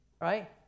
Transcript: right